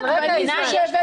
את מבינה?